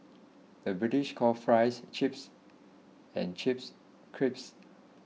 the British calls Fries Chips and Chips Crisps